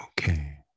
Okay